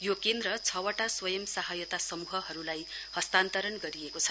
यो केन्द्र छ वटा स्वयंसहायता समूहहरूलाई हस्तान्तरण गरिएको छ